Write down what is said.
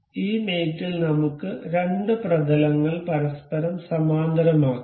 ഈ മേറ്റ് ഇൽ നമുക്ക് രണ്ട് പ്രതലങ്ങൾ പരസ്പരം സമാന്തരമാക്കാം